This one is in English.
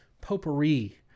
potpourri